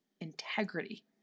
integrity